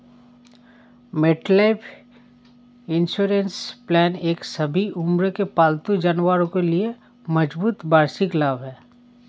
MetLife insurance plan एक सभी उम्र के पालतू जानवरों के लिए मजबूत वार्षिक लाभ है